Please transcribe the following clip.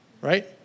Right